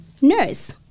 nurse